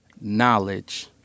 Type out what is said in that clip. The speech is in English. knowledge